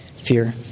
fear